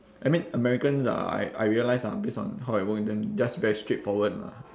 I mean americans are I I realise ah based on how I work with them just very straightforward lah